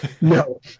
No